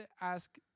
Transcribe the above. ask